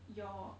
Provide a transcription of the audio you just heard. your